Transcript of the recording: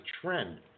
trend